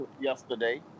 yesterday